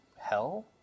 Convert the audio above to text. hell